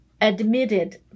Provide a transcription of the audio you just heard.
admitted